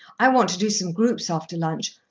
i want to do some groups after lunch.